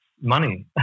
money